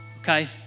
Okay